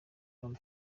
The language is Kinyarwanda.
come